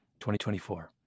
2024